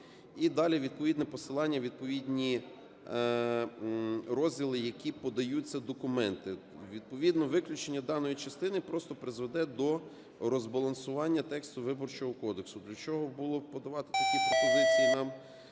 і далі відповідне посилання, відповідні розділи, які подаються документи. Відповідно виключення даної частини просто призведе до розбалансування тексту Виборчого кодексу. Для чого треба було подавати такі пропозиції, нам